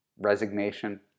Resignation